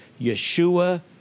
Yeshua